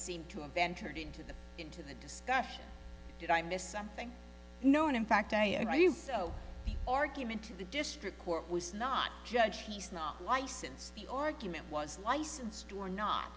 seem to have ventured into the into the discussion did i miss something no and in fact i use the argument to the district court was not a judge he's not licensed the argument was licensed or not